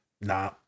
Nah